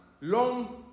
long